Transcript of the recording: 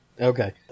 Okay